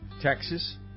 Texas